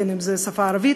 בין שזו השפה הערבית,